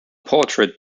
portrait